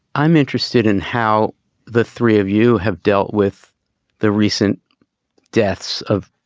i'm interested in how the three of you have dealt with the recent deaths of,